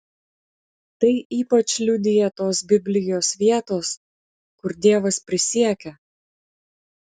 tai ypač liudija tos biblijos vietos kur dievas prisiekia